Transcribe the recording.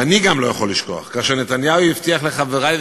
ואני גם לא יכול לשכוח כאשר נתניהו הבטיח לחברי,